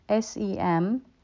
SEM